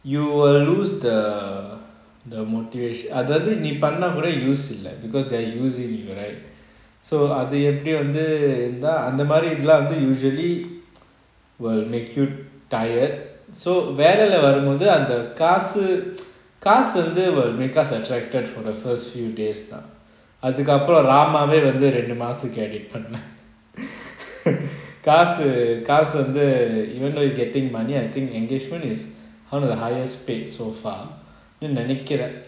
you will lose the the motivat~ ah அதாவது நீ பண்ண கூட இல்ல:athaathu nee panna kuda illa because they're using you right so அது எப்பிடி வந்து இருந்த அந்த மாறி இருந்த:athu epidi vanthu iruntha antha maari iruntha usually will make you tired so வேலைல வரும் போது அந்த காசு காசு வந்து:vellaila varum bothu antha kaasu kaasu vanthu will make us attracted for the first few days lah தான் அதுக்கு அப்புறம் ராமவெய் வந்து ரெண்டு மாசத்துக்கு:thaan athuku apram ramavey vanthu rendu masathuku edit பண்ணன் காசு காசு வந்து:pannan kaasu kaasu vanthu even though he's getting money I think engagement is one of the highest paid so far நினைக்கிறன்:nenaikiran